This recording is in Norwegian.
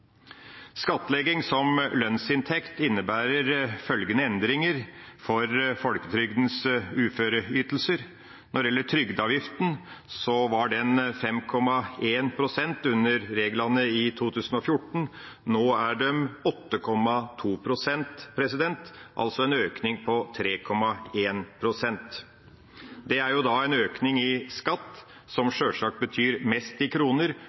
Skattlegging som lønnsinntekt innebærer følgende endringer for folketrygdens uføreytelser: Når det gjelder trygdeavgiften, var den 5,1 pst. under reglene som gjaldt i 2014. Nå er den 8,2 pst. – altså en økning på 3,1 prosentpoeng. Det er en økning i skatt som sjølsagt betyr mest i kroner